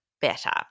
better